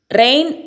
rain